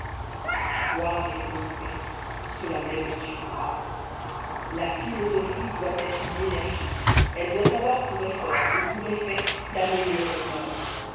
voir et montrer cela même ne suffit pas la philosophie doit être une énergie elle doit avoir pour effort et pour effet d'améliorer l'homme